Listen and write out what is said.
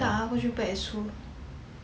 tak aku jumpa exo